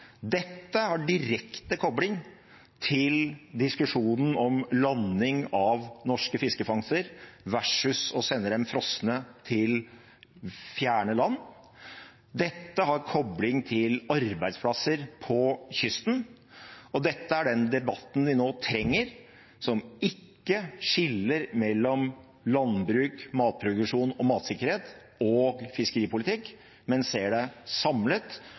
Dette har direkte kobling til diskusjonen om landing av norske fiskefangster versus å sende dem frosne til fjerne land. Dette har kobling til arbeidsplasser på kysten, og dette er den debatten vi nå trenger, som ikke skiller mellom landbruk, matproduksjon og matsikkerhet og fiskeripolitikk, men ser det samlet.